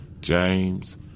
James